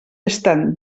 estan